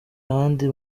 ahandi